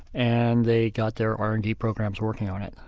and they got their r and d programs working on it.